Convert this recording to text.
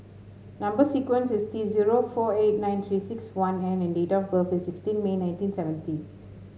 number sequence is T zero four eight nine Three six one N and date of birth is sixteen May nineteen seventy